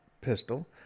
pistol